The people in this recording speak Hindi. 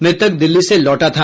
मृतक दिल्ली से लौटा था